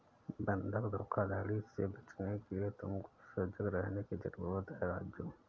बंधक धोखाधड़ी से बचने के लिए तुमको सजग रहने की जरूरत है राजु